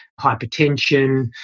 hypertension